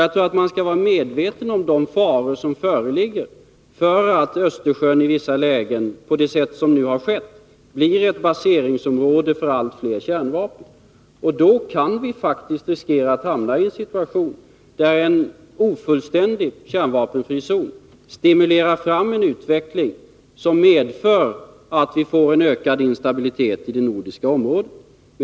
Jag tror att man skall vara medveten om de faror som föreligger för att Östersjön i vissa lägen, på det sätt som nu har skett, blir ett baseringsområde för allt fler kärnvapen. Då kan vi faktiskt riskera att hamna i en situation där en ofullständig kärnvapenfri zon stimulerar fram en utveckling som medför att vi får en ökad instabilitet i det nordiska området.